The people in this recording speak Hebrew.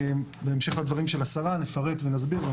בהמשך לדברים של השרה נפרט ונסביר.